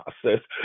process